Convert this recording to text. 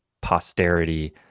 posterity